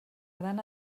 gran